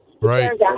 Right